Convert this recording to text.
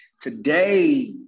Today